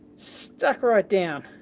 stuck right down.